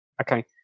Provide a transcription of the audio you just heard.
Okay